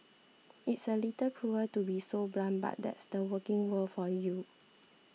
it's a little cruel to be so blunt but that's the working world for you